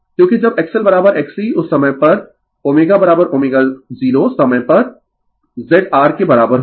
क्योंकि जब XLXC उस समय पर ωω0 समय पर Z R के बराबर होता है